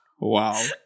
wow